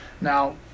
now